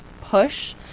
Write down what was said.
push